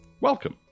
welcome